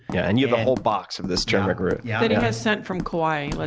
yeah and you have a whole box of this turmeric root. yeah it yeah was sent from kauai, like